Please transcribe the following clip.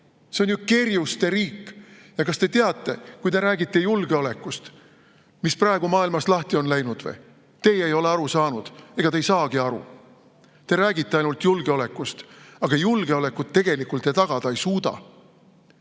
see on ju kerjuste riik. Kas te teate, kui te räägite julgeolekust, mis praegu maailmas lahti on läinud? Teie ei ole aru saanud ja ega te ei saagi aru. Te räägite ainult julgeolekust, aga julgeolekut tegelikult te tagada ei suuda.